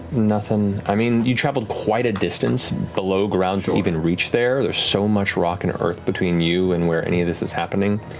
nothing. i mean, you traveled quite a distance below ground to even reach there. there's so much rock and earth between you and where any of this is happening.